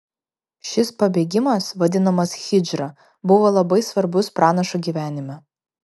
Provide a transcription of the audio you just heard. šis pabėgimas vadinamas hidžra buvo labai svarbus pranašo gyvenime